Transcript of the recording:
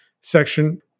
section